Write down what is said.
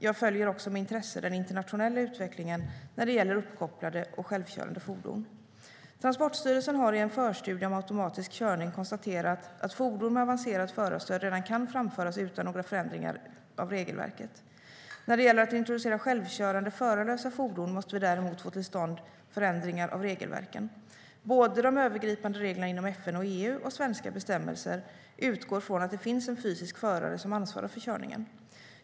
Jag följer också med intresse den internationella utvecklingen när det gäller uppkopplade och självkörande fordon. Tranportstyrelsen har i en förstudie om automatisk körning konstaterat att fordon med avancerat förarstöd redan kan framföras utan några förändringar av regelverket. När det gäller att introducera självkörande, förarlösa fordon måste vi däremot få till stånd ändringar av regelverken. Både de övergripande reglerna inom FN och EU och svenska bestämmelser utgår från att det finns en fysisk förare som ansvarar för körningen.